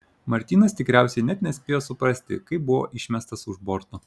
martynas tikriausiai net nespėjo suprasti kai buvo išmestas už borto